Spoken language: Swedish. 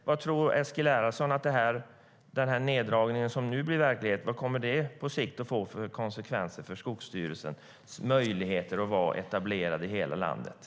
Vad tror Eskil Erlandsson att den neddragning som nu blir verklighet på sikt kommer att få för konsekvenser för Skogsstyrelsens möjlighet att vara etablerade i hela landet?